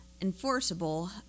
enforceable